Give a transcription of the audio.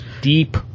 deep